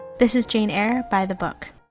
this is jane eyre, by the book.